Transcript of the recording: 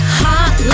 hot